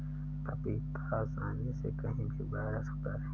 पपीता आसानी से कहीं भी उगाया जा सकता है